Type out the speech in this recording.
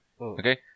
Okay